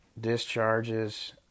discharges